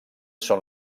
són